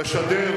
לא נכון,